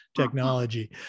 technology